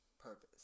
purpose